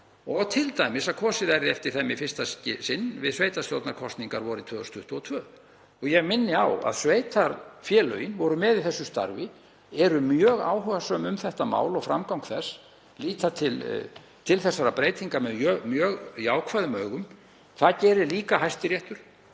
og t.d. að kosið verði eftir þeim í fyrsta sinn við sveitarstjórnarkosningar vorið 2022. Ég minni á að sveitarfélögin voru með í þessu starfi, eru mjög áhugasöm um þetta mál og framgang þess, líta til þessara breytinga með mjög jákvæðum augum. Það gerir líka Hæstiréttur